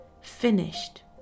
finished